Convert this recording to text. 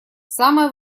самое